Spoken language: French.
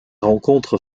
rencontres